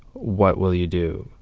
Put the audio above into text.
what will you do?